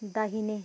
दाहिने